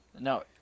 No